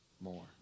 more